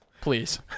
Please